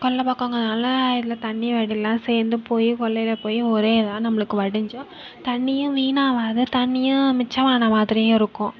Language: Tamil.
கொல்லைப்பக்கங்கறதனால இதில் தண்ணி வர்றதலாம் சேர்ந்து போய் கொல்லையில் போய் ஒரே இதாக நம்மளுக்கும் வடிஞ்சிரும் தண்ணியும் வீணாகாது தண்ணியும் மிச்சமான மாதிரியும் இருக்கும்